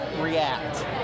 react